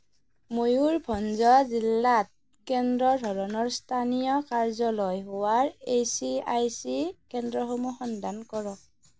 ময়ুৰভঞ্জা জিলাত কেন্দ্ৰৰ ধৰণৰ স্থানীয় কাৰ্যালয় হোৱাৰ ইএচআইচি কেন্দ্ৰসমূহ সন্ধান কৰক